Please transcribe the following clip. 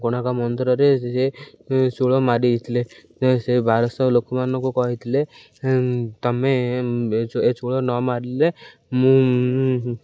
କୋଣାର୍କ ମନ୍ଦିରରେ ସେ ଚୂଳ ମାରିଥିଲେ ସେ ବାରଶହ ଲୋକମାନଙ୍କୁ କହିଥିଲେ ତମେ ଏ ଚୂଳ ନ ମାରିଲେ ମୁଁ